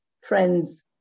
Friends